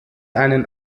einen